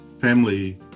family